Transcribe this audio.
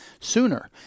sooner